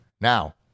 Now